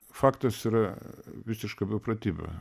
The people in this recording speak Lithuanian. faktas yra visiška beprotybė